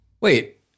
wait